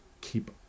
keep